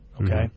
okay